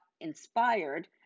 inspired